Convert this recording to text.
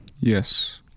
Yes